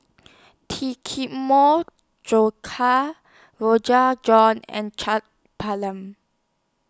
John and Chaat